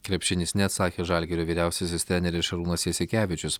krepšinis neatsakė žalgirio vyriausiasis treneris šarūnas jasikevičius